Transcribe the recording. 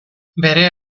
bere